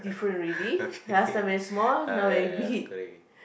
okay uh ya ya okay